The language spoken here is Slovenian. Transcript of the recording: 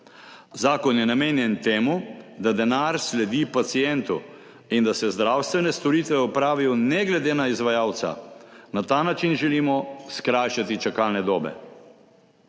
Zakon je namenjen temu, da denar sledi pacientu in da se zdravstvene storitve opravijo ne glede na izvajalca. Na ta način želimo skrajšati čakalne dobe.